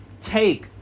take